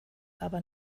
aber